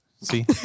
See